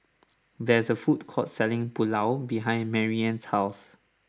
there is a food court selling Pulao behind Marianna's house